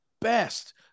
best